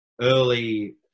early